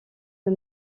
est